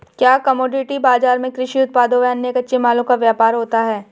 क्या कमोडिटी बाजार में कृषि उत्पादों व अन्य कच्चे मालों का व्यापार होता है?